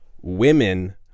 women